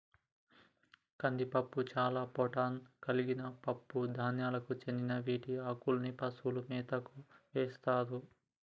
కందిపప్పు చాలా ప్రోటాన్ కలిగిన పప్పు ధాన్యాలకు చెందిన వీటి ఆకుల్ని పశువుల మేతకు వేస్తారు